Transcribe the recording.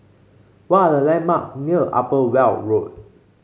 what are the landmarks near Upper Weld Road